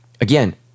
again